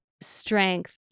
strength